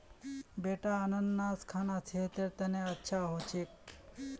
बेटा अनन्नास खाना सेहतेर तने अच्छा हो छेक